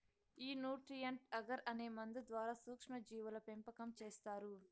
ఈ nutrient agar అనే మందు ద్వారా సూక్ష్మ జీవుల పెంపకం చేస్తారు